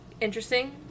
interesting